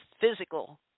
physical